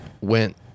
went